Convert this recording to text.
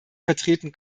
vertreten